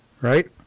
right